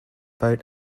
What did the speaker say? boat